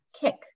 kick